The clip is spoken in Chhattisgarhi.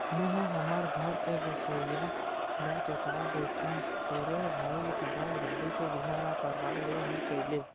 मेंहा हमर घर के गोसइया ल चेता देथव तोरे भाई करा गाड़ी के बीमा ल करवा ले ही कइले